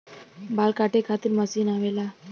बाल काटे खातिर मशीन आवेला